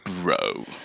bro